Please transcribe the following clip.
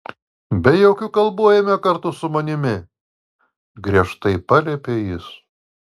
be jokių kalbų eime kartu su manimi griežtai paliepė jis